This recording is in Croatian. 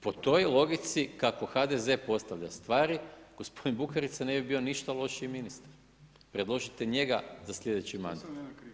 Po toj logici kako HDZ postavlja stvari, gospodin Bukarica ne bi bio ništa lošiji ministar, predložite njega za slijedeći mandat.